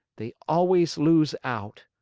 they always lose out.